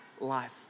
life